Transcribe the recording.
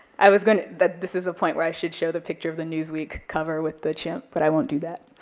i was gonna, but this is the point where i should show the picture of the newsweek cover with the chimp, but i won't do that,